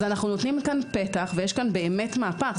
אנחנו נותנים פה פתח ויש פה באמת מהפך.